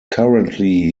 currently